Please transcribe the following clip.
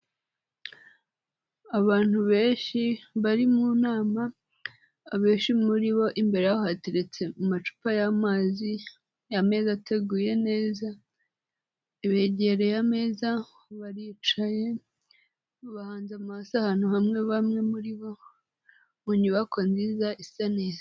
Abantu benshi bari mu nama, abenshi muri bo imbere yaho hateretse amacupa y'amazi, ameza ateguye neza, begereye ameza baricaye, bahanze amaso ahantu hamwe bamwe muri bo, mu nyubako nziza isa neza.